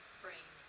brain